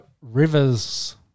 Rivers